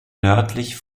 nördlich